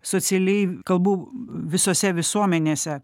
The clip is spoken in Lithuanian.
socialiai kalbu visose visuomenėse